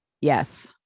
Yes